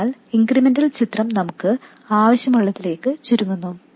അതിനാൽ ഇൻക്രിമെന്റൽ ചിത്രം നമുക്ക് ആവശ്യമുള്ളതിലേക്ക് ചുരുങ്ങുന്നു